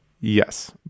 Yes